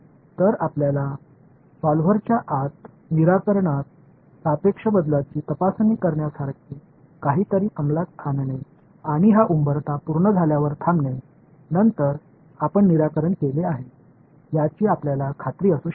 तर आपल्या सॉल्व्हरच्या आत निराकरणात सापेक्ष बदलाची तपासणी करण्यासारखे काहीतरी अंमलात आणणे आणि हा उंबरठा पूर्ण झाल्यावर थांबणे नंतर आपण निराकरण केले आहे याची आपल्याला खात्री असू शकते